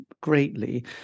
greatly